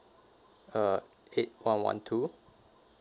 uh eight one one two